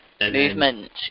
movement